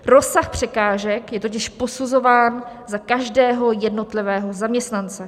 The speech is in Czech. Rozsah překážek je totiž posuzován za každého jednotlivého zaměstnance.